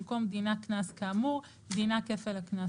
במקום "דינה קנס כאמור" יבוא "דינה כפל הקנס